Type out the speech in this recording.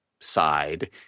side